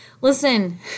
Listen